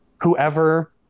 whoever